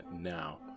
now